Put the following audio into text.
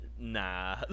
nah